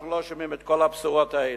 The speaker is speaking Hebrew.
אנחנו לא שומעים את כל הבשורות האלה.